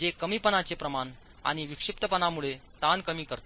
जे कमीपणाचे प्रमाण आणि विक्षिप्तपणामुळे ताण कमी करते